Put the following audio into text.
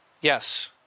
Yes